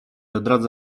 odradza